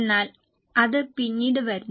എന്നാൽ അത് പിന്നീട് വരുന്നു